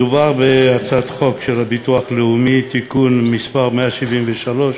מדובר בהצעת חוק הביטוח הלאומי (תיקון מס' 173),